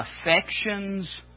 affections